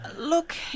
Look